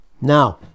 Now